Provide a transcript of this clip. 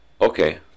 okay